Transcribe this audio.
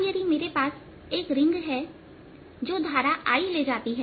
अब यदि मेरे पास एक रिंग है जो धारा I ले जाती है